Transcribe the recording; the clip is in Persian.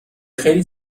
خیلی